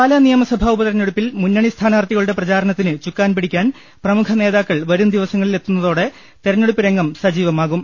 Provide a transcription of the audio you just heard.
പാലാ നിയമസഭാ ഉപതിരഞ്ഞെടുപ്പിൽ മുന്നണി സ്ഥാനാർത്ഥികളുടെ പ്രചാരണത്തിന് ചുക്കാൻ പിടിക്കാൻ പ്രമുഖ നേതാക്കാൾ വരും ദിവസങ്ങളിൽ എത്തുന്നതോടെ തെരഞ്ഞെടുപ്പ് രംഗം സജീവമാകും